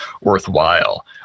worthwhile